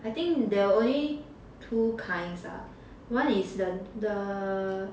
I think there were only two kinds ah one is the the